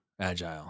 agile